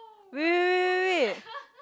wait wait wait wait wait